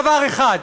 דבר אחד: